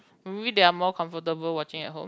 maybe they are more comfortable watching at home